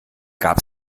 gab